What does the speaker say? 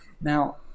Now